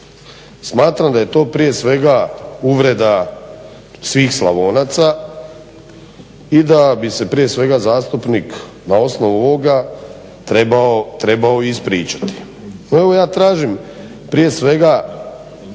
Smatram da je to prije svega uvreda svih Slavonaca i da bi se prije svega zastupnik na osnovu ovoga trebao ispričati.